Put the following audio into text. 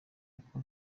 uko